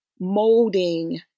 molding